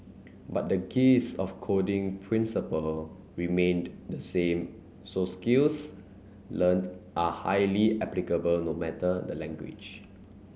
but the gist of coding principle remained the same so skills learnt are highly applicable no matter the language